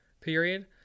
period